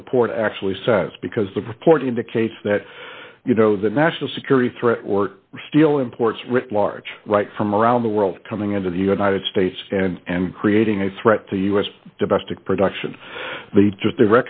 the report actually says because the report indicates that you know the national security threat or steel imports writ large right from around the world coming into the united states and creating a threat to u s domestic production